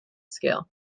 scale